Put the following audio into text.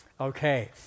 Okay